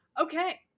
Okay